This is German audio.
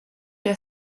der